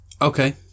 Okay